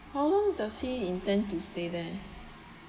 how long does he intend to stay there